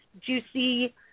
juicy